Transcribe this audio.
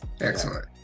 Excellent